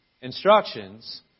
instructions